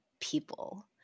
people